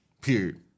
Period